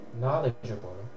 knowledgeable